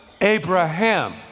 Abraham